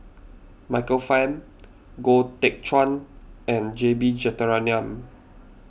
Michael Fam Goh Teck Phuan and J B Jeyaretnam